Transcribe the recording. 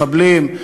מחבלים,